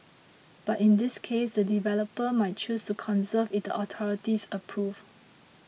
but in this case the developer might choose to conserve if the authorities approve